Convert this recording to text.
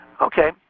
Okay